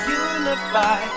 unify